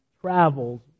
travels